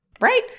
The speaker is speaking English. Right